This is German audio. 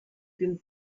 den